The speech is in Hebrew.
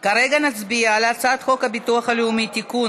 כרגע נצביע על הצעת חוק הביטוח הלאומי (תיקון,